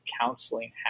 counseling